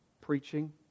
preaching